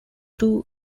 two